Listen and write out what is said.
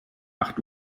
acht